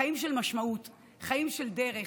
חיים של משמעות, חיים של דרך.